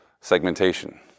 segmentation